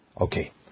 Okay